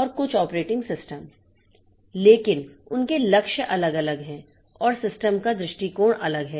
और कुछ operating system है लेकिन उनके लक्ष्य अलग हैं और सिस्टम का दृष्टिकोण अलग है